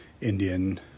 Indian